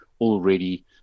already